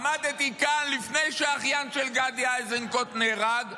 עמדתי כאן לפני שאחיין של גדי איזנקוט נהרג,